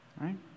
right